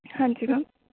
ਹਾਂਜੀ ਮੈਮ